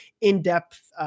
in-depth